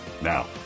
Now